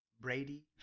Brady